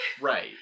Right